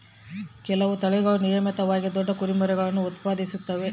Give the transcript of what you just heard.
ಕೆಲವು ತಳಿಗಳು ನಿಯಮಿತವಾಗಿ ದೊಡ್ಡ ಕುರಿಮರಿಗುಳ್ನ ಉತ್ಪಾದಿಸುತ್ತವೆ